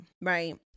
right